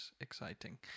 exciting